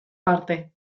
parte